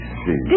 see